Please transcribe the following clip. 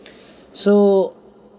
so